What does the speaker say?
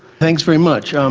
thanks very much. um